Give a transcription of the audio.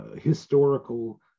historical